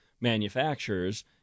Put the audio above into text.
manufacturers